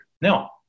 Now